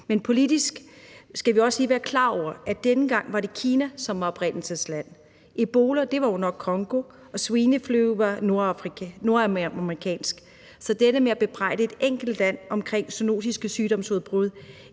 Men politisk skal vi også lige være klar over, at denne gang var det Kina, som var oprindelsesland. Ebola opstod nok i Congo, og svineinfluenza var nordamerikansk. Så dette med at bebrejde et enkelt land zoonotiske sygdomsudbrud